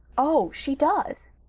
oh, she does.